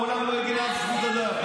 מעולם לא הגן על אף זכות אדם.